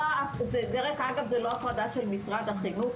דרך אגב, זה לא הפרדה של משרד החינוך.